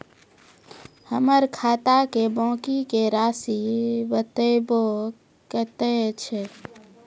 हमर खाता के बाँकी के रासि बताबो कतेय छै?